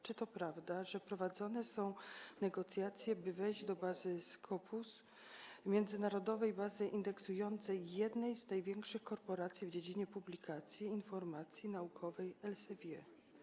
Czy to prawda, że prowadzone są negocjacje, by wejść do bazy Scopus, międzynarodowej bazy indeksującej jednej z największych korporacji w dziedzinie publikacji i informacji naukowej Elsevier?